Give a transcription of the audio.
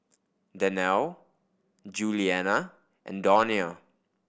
Danelle Giuliana and Donia